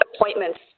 appointments